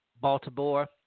Baltimore